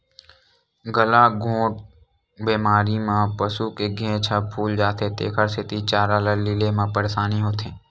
गलाघोंट बेमारी म पसू के घेंच ह फूल जाथे तेखर सेती चारा ल लीले म परसानी होथे